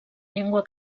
llengua